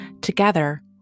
Together